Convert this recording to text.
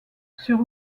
sur